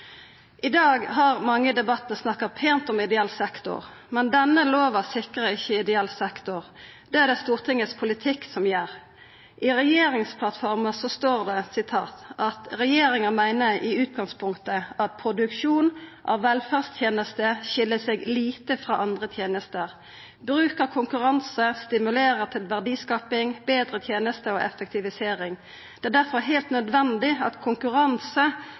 I dag har mange i debatten snakka pent om ideell sektor, men denne lova sikrar ikkje ideell sektor. Det er det Stortingets politikk som gjer. I regjeringsplattforma står det: «Regjeringen mener i utgangspunktet at produksjon av velferdstjenester skiller seg lite fra andre tjenester. Bruk av konkurranse stimulerer til verdiskaping, bedre tjenester og effektivisering. Det er derfor helt nødvendig at konkurranse